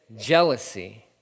jealousy